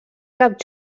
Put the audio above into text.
cap